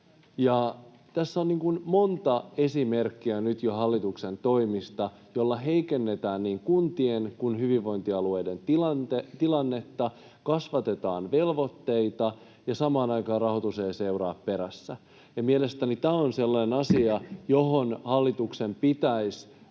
Tässä on nyt jo monta esimerkkiä hallituksen toimista, joilla heikennetään niin kuntien kuin hyvinvointialueiden tilannetta, kasvatetaan velvoitteita ja samaan aikaan rahoitus ei seuraa perässä. Mielestäni tämä on sellainen asia, johon hallituksen pitäisi